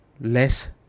less